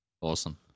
Awesome